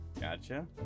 Gotcha